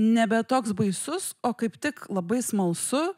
nebe toks baisus o kaip tik labai smalsu